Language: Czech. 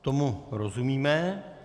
Tomu rozumíme.